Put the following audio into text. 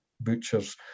butchers